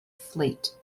fleet